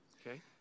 okay